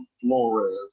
Flores